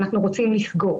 אנחנו רוצים לסגור.